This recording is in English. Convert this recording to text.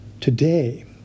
Today